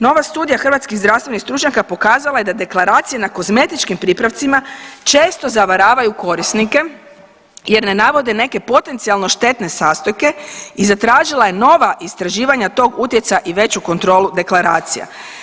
Nova studija hrvatskih zdravstvenih stručnjaka pokazala je da deklaracije na kozmetičkim pripravcima često zavaravaju korisnike jer ne navode neke potencijalno štetne sastojke i zatražila je nova istraživanja tog utjecaja i veću kontrolu deklaracija.